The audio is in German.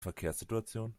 verkehrssituation